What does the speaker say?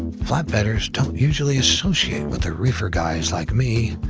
and flatbedders don't usually associate with the reefer guys like me.